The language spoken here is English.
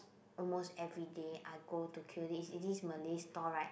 almost everyday I go to queue this is this Malay stall right